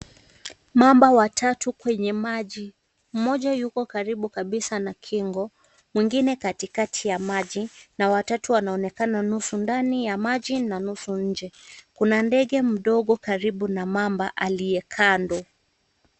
Mamba watatu kwenye maji. Mmoja yuko karibu kabisa na kingo, mwingine katikati ya maji na watatu anaonekana nusu ndani ya maji na nusu nje. Kuna ndege mdogo karibu na mamba aliye kando.